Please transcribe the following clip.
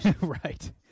Right